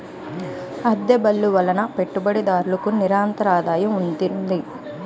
అద్దె బళ్ళు వలన పెట్టుబడిదారులకు నిరంతరాదాయం ఉంటుంది